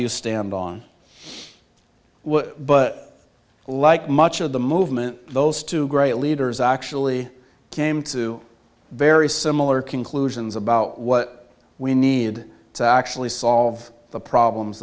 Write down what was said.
you stand on but like much of the movement those two great leaders actually came to very similar conclusions about what we need to actually solve the problems